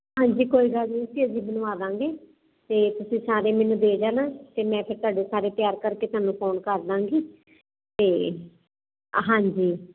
ਹਾਂਜੀ ਕੋਈ ਗੱਲ ਨਹੀਂ ਸੀ ਅਸੀਂ ਬਣਵਾ ਦਾਂਗੇ ਤੇ ਤੁਸੀਂ ਸਾਰੇ ਮੈਨੂੰ ਦੇ ਜਾਣਾ ਤੇ ਮੈਂ ਫਿਰ ਤੁਹਾਡੇ ਸਾਰੇ ਤਿਆਰ ਕਰਕੇ ਤੁਹਾਨੂੰ ਫੋਨ ਕਰ ਦਾਂਗੀ ਤੇ ਹਾਂਜੀ